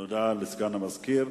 תודה לסגן המזכיר.